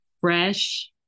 fresh